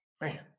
man